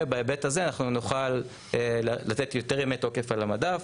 בהיבט הזה אנחנו נוכל לתת יותר ימי תוקף על המדף,